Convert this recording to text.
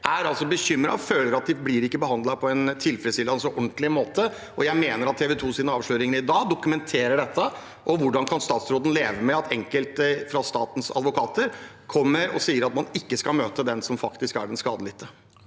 er bekymret og føler at de ikke blir behandlet på en tilfredsstillende og ordentlig måte. Jeg mener at TV 2 sine avsløringer i dag dokumenterer dette. Hvordan kan statsråden leve med at enkelte av statens advokater kommer og sier at man ikke skal møte den som faktisk er den skadelidte?